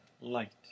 light